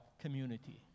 community